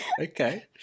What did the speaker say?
Okay